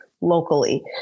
locally